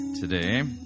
today